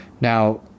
Now